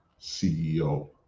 CEO